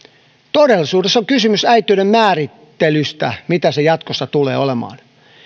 todellisuudessa on kysymys äitiyden määrittelystä mitä se jatkossa tulee olemaan